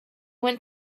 went